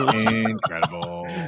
Incredible